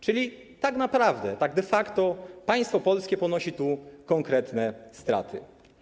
Czyli tak naprawdę, de facto państwo polskie ponosi tu konkretne straty.